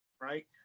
Right